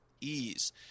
ease